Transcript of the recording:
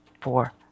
four